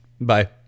Bye